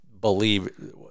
believe